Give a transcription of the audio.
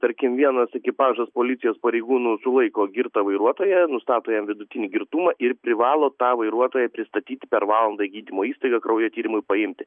tarkim vienas ekipažas policijos pareigūnų sulaiko girtą vairuotoją nustato jam vidutinį girtumą ir privalo tą vairuotoją pristatyti per valandą į gydymo įstaigą kraujo tyrimui paimti